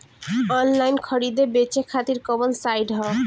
Online खरीदे बेचे खातिर कवन साइड ह?